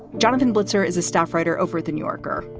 jonathan blitzer is a staff writer over at the new yorker.